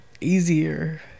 easier